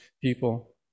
people